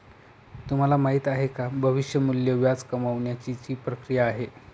तुम्हाला माहिती आहे का? भविष्य मूल्य व्याज कमावण्याची ची प्रक्रिया आहे